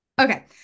Okay